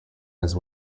his